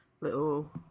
Little